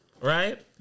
Right